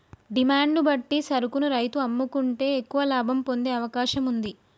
demand ను బట్టి సరుకును రైతు అమ్ముకుంటే ఎక్కువ లాభం పొందే అవకాశం వుంది